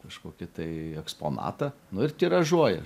kažkokį tai eksponatą nu ir tiražuoju